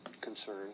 concern